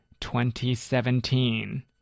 2017